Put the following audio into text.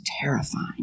terrifying